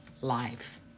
life